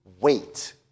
wait